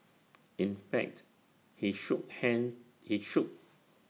in fact he shook hands he shook